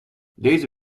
deze